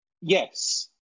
Yes